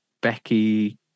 Becky